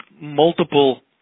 multiple